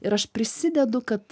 ir aš prisidedu kad